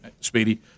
Speedy